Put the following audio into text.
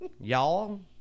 Y'all